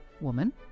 woman